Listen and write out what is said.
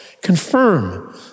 confirm